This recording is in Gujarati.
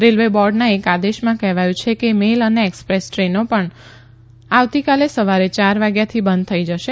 રેલવે બોર્ડના એક આદેશમાં કહેવાયું છે કે મેલ અને એક્સપ્રેસ દ્રેનો પણ રવિવારે સવારે યાર વાગ્યાથી બંધ થઈ જશે